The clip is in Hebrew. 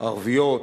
ערביות